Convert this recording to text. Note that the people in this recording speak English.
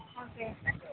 okay